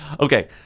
Okay